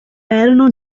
erano